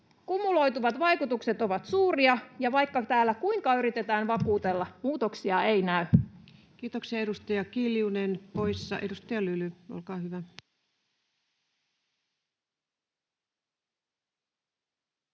Kumuloituvat vaikutukset ovat suuria, ja vaikka täällä kuinka yritetään vakuutella, muutoksia ei näy. Kiitoksia. — Edustaja Kiljunen poissa. — Edustaja Lyly, olkaa hyvä.